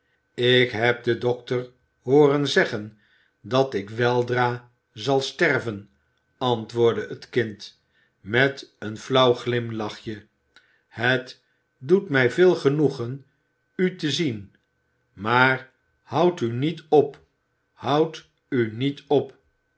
ik heb den dokter hooren zeggen dat ik weldra zal sterven antwoordde het kind met een flauw glimlachje het doet mij veel genoegen u te zien maar houd u niet op houd u niet op